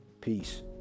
Peace